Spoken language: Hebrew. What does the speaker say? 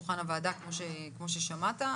כמובן, פעמיים בשנה.